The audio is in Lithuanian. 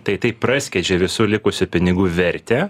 tai taip praskiedžia visų likusių pinigų vertę